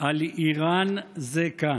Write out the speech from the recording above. על "איראן זה כאן".